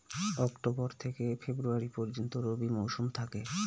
October থেকে February পর্যন্ত রবি মৌসুম থাকে